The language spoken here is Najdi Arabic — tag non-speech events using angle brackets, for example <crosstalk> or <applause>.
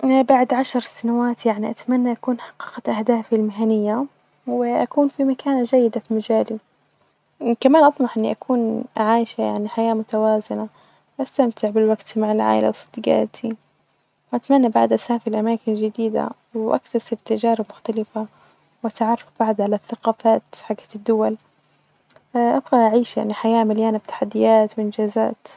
ا <hesitation> بعد عشر سنوات يعني أتمني أكون حققت أهدافي المهنية وأكون في مكانة جيدة في مجالي ،وكمان أطمح اني أكون عايشة يعني حياة متوازنة ،أستمتع بالوقت مع العائلة وصديجاتي ،واتمني بعد أسافر لأماكن جديدة واكتسب تجارب مختلفة ،وأتعرف بعد على الثقافات حجة الدول أبغي أعيش يعني حياة مليانة بتحديات وإنجازات.